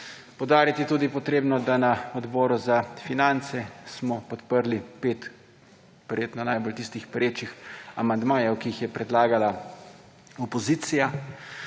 Poudariti je tudi potrebno, da na Odboru za finance smo podprli 5 verjetno najbolj tistih perečih amandmajev, ki jih je predlagala opozicija.